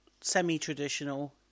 semi-traditional